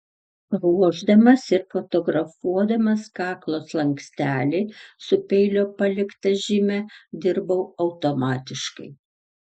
ruošdamas ir fotografuodamas kaklo slankstelį su peilio palikta žyme dirbau automatiškai